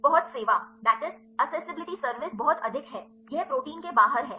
पहुँच सेवा बहुत अधिक है यह प्रोटीन के बाहर है